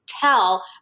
tell